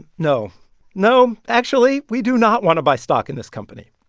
no. no, actually, we do not want to buy stock in this company.